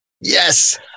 Yes